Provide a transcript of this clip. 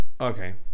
okay